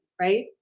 right